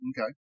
Okay